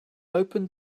opened